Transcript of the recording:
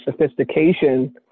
sophistication